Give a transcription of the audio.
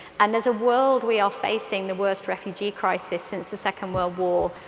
and as a world we are facing the worst refugee crisis since the second world war.